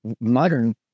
modern